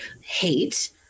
hate